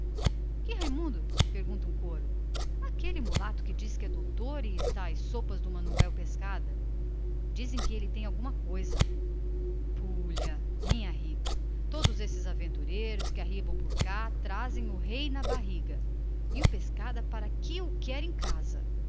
que raimundo perguntam logo em coro aquele mulato que diz que é doutor e está às sopas do manuel pescada dizem que ele tem alguma coisa pulha minha rica todos estes aventureiros que arribam por cá trazem o rei na barriga e o pescada para que o quer em casa